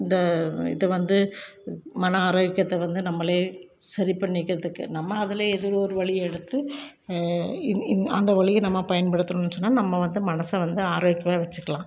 இந்த இதை வந்து மன ஆரோக்கியத்தை வந்து நம்மளே சரி பண்ணிக்கிறதுக்கு நம்ம அதில் எதோ ஒரு வழி எடுத்து இன்னும் அந்த வழியை நம்ம பயன்படுத்தணும்னு சொன்னால் நம்ம வந்து மனதை வந்து ஆரோக்கியமாக வச்சுக்கலாம்